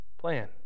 plan